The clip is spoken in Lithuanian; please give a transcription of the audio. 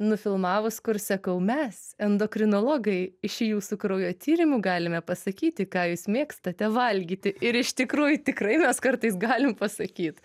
nufilmavus kur sekau mes endokrinologai iš jūsų kraujo tyrimų galime pasakyti ką jūs mėgstate valgyti ir iš tikrųjų tikrai mes kartais galim pasakyt